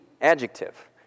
adjective